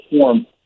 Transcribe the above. form